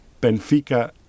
Benfica